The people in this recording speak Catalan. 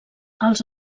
els